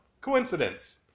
coincidence